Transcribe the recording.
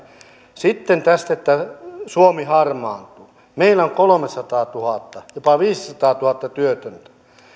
sitten tästä että suomi harmaantuu meillä on kolmesataatuhatta jopa viisisataatuhatta työtöntä